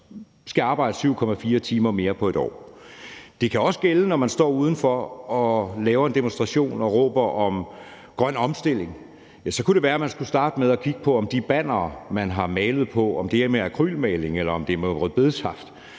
skal arbejde 7,4 timer mere på et år, og det kan også gælde, når man står udenfor og laver en demonstration og råber om grøn omstilling. Ja, så kunne det være, at man skulle starte med at kigge på, om de bannere, man har malet på, er malet med akrylmaling, eller om det er med rødbedesaft.